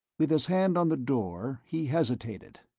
with his hand on the door, he hesitated.